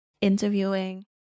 interviewing